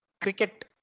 Cricket